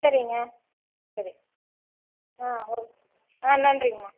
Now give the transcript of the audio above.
சரிங்க சரி ஓகே நன்றிங்கம்மா